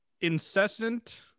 Incessant